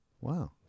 Wow